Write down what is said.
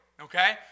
okay